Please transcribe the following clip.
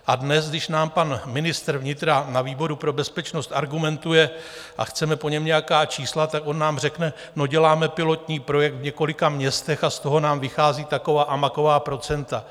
A dnes, když nám pan ministr vnitra na výboru pro bezpečnost argumentuje a chceme po něm nějaká čísla, tak on nám řekne: No, děláme pilotní projekt v několika městech a z toho nám vychází taková a maková procenta.